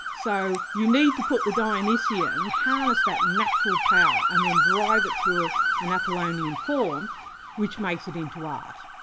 so you need to put the dionysian, harness that natural power and then drive it through an apollonian form which makes it into art.